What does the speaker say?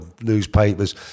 newspapers